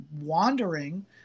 wandering